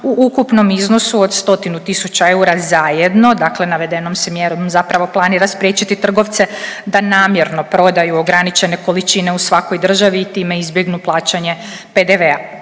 u ukupnom iznosu od 100 tisuća eura zajedno. Dakle, navedenom se mjerom zapravo planira spriječiti trgovce da namjerno prodaju ograničene količine u svakoj državi i time izbjegnu plaćanje PDV-a.